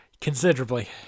Considerably